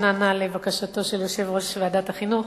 שנענה לבקשתו של יושב-ראש ועדת החינוך,